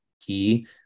key